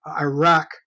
Iraq